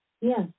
Yes